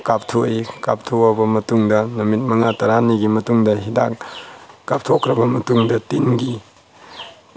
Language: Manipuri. ꯀꯥꯞꯊꯣꯛꯏ ꯀꯥꯞꯊꯣꯛꯑꯕ ꯃꯇꯨꯡꯗ ꯅꯨꯃꯤꯠ ꯃꯉꯥ ꯇꯔꯥꯅꯤꯒꯤ ꯃꯇꯨꯡꯗ ꯍꯤꯗꯥꯛ ꯀꯥꯞꯊꯣꯛꯈ꯭ꯔꯕ ꯃꯇꯨꯡꯗ ꯇꯤꯟꯒꯤ